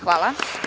Hvala.